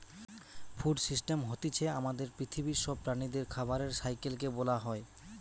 food system হতিছে আমাদের পৃথিবীর সব প্রাণীদের খাবারের সাইকেল কে বোলা হয়